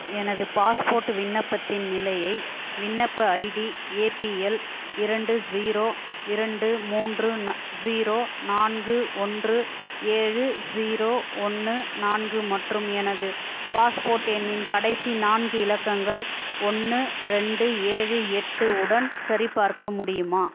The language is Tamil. எனது பாஸ்போர்ட் விண்ணப்பத்தின் நிலையை விண்ணப்ப ஐடி ஏபிஎல் இரண்டு ஜீரோ இரண்டு மூன்று ந ஜீரோ நான்கு ஒன்று ஏழு ஜீரோ ஒன்று நான்கு மற்றும் எனது பாஸ்போர்ட் எண்ணின் கடைசி நான்கு இலக்கங்கள் ஒன்று ரெண்டு ஏழு எட்டு உடன் சரிபார்க்க முடியுமா